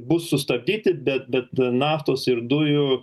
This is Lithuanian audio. bus sustabdyti bet naftos ir dujų